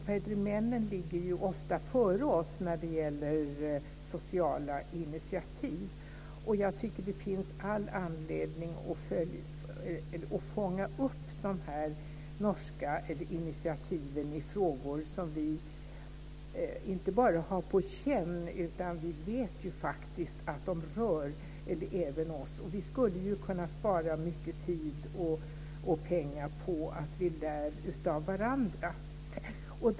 Norrmännen ligger ofta före oss när det gäller sociala initiativ, och jag tycker att det finns all anledning att fånga upp de här norska initiativen i frågor om vilka vi inte bara har på känn utan faktiskt också vet att de rör även oss. Vi skulle ju kunna spara mycket tid och pengar på att lära av varandra.